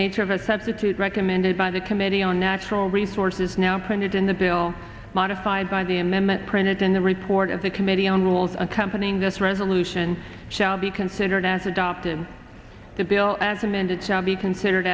nature of a substitute recommended by the committee on natural resources now printed in the bill modified by the amendment printed in the report of the committee on rules accompanying this resolution shall be considered as adopted and the bill as amended shall be considered